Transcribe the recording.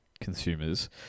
consumers